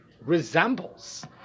resembles